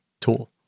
tool